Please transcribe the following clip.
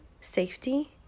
safety